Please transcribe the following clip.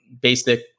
basic